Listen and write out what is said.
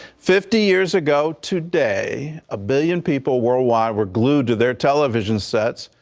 fifty years ago today, a billion people worldwide were glued to their television sets,